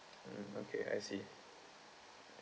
mm okay I see